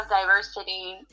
diversity